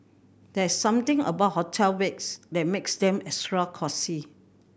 there's something about hotel beds that makes them extra cosy